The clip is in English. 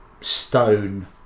stone